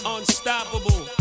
Unstoppable